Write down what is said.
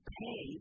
pay